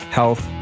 health